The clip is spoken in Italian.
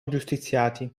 giustiziati